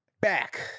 back